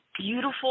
beautiful